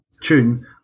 tune